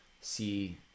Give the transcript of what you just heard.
see